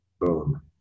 boom